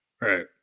Right